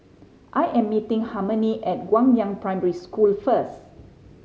I am meeting Harmony at Guangyang Primary School first